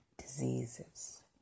diseases